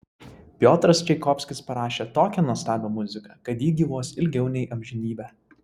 piotras čaikovskis parašė tokią nuostabią muziką kad ji gyvuos ilgiau nei amžinybę